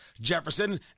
Jefferson